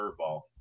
curveball